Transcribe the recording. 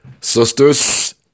sisters